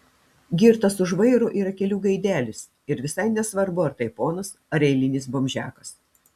girtas už vairo yra kelių gaidelis ir visai nesvarbu ar tai ponas ar eilinis bomžiakas